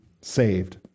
saved